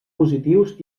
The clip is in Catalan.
positius